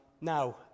Now